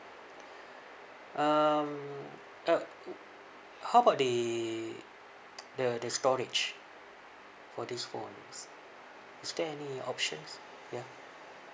um uh how about the the the storage for this phones is there any options ya